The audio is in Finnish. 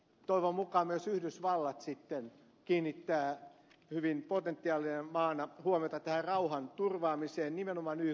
toivon mukaan myös yhdysvallat sitten kiinnittää hyvin potentiaalina maana huomiota tähän rauhanturvaamiseen nimenomaan ykn lipun alla